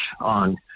on